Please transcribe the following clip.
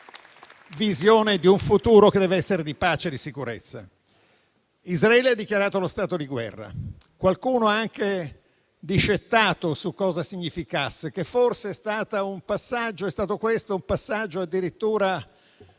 visione di un futuro che deve essere di pace e sicurezza. Israele ha dichiarato lo stato di guerra; qualcuno ha anche discettato su cosa significasse, se sia stato un passaggio addirittura